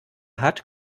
hat